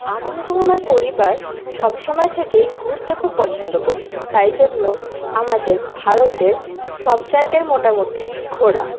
আমি এবং আমার পরিবার সবসময় থেকেই ঘুরতে খুব পছন্দ করি তাই জন্য আমাদের ভারতের সব জায়গাই মোটামুটি ঘোরা